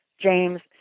James